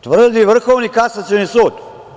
Tvrdi i Vrhovni kasacioni sud.